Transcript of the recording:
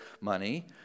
money